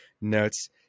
notes